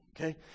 Okay